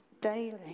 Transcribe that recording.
daily